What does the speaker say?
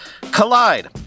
Collide